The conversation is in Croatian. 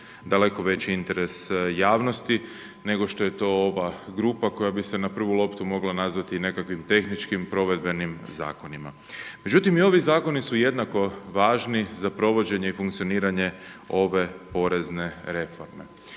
daleko veći interes javnosti nego što je to ova grupa koja bi se na prvu loptu mogla nazvati nekakvim tehničkim provedbenim zakonima. Međutim, i ovi zakoni su jednako važni za provođenje i funkcioniranje ove porezne reforme.